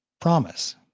promise